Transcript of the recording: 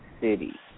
city